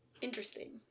Interesting